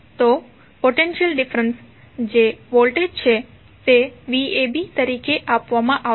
તો potential difference જે voltage છે તે vab તરીકે આપવામાં આવશે